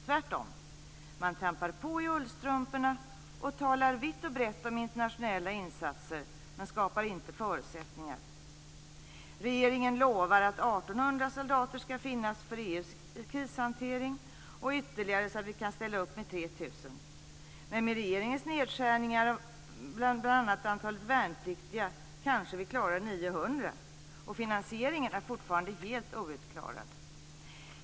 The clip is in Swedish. Tvärtom - man trampar på i ullstrumporna och talar vitt och brett om internationella insatser men skapar inte förutsättningar. Regeringen lovar att 1 800 soldater ska finnas för EU:s krishantering och att det ska finnas ytterligare soldater, så att vi kan ställa upp med 3 000. Men med regeringens nedskärningar av bl.a. antalet värnpliktiga klarar vi kanske 900. Finansieringen är fortfarande helt outklarad.